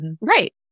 Right